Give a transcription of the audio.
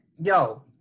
yo